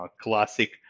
classic